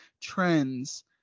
trends